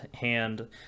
hand